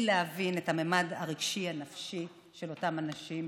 להבין את הממד הרגשי הנפשי של אותם אנשים.